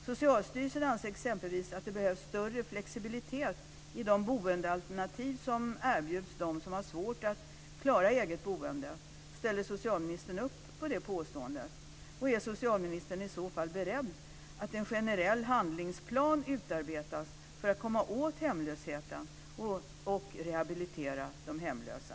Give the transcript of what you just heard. Socialstyrelsen anser exempelvis att det behövs större flexibilitet i de boendealternativ som erbjuds dem som har svårt att klara eget boende. Ställer socialministern upp på det påståendet? Är socialministern i så fall beredd att utarbeta en generell handlingsplan för att komma åt hemlösheten och rehabilitera de hemlösa?